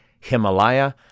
Himalaya